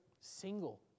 single